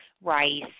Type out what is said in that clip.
rice